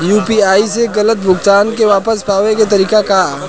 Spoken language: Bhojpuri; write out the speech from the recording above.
यू.पी.आई से गलत भुगतान के वापस पाये के तरीका का ह?